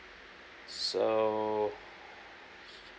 so